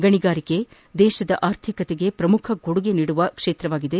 ಗಣಿಗಾರಿಕೆ ದೇಶದ ಆರ್ಥಿಕತೆಗೆ ಶ್ರಮುಖ ಕೊಡುಗೆ ನೀಡುವ ಕ್ಷೇತ್ರವಾಗಿದೆ